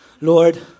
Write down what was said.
Lord